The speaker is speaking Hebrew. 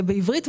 בעברית.